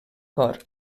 cor